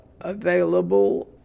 available